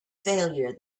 failure